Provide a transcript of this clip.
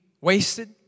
wasted